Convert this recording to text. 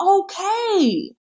okay